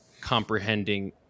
comprehending